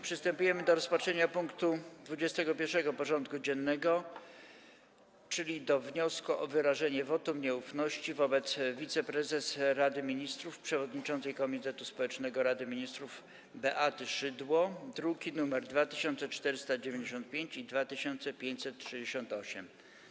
Przystępujemy do rozpatrzenia punktu 21. porządku dziennego: Wniosek o wyrażenie wotum nieufności wobec wiceprezes Rady Ministrów, przewodniczącej Komitetu Społecznego Rady Ministrów Beaty Szydło (druki nr 2495 i 2568)